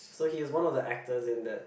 so he is one of the actors in that